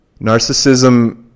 Narcissism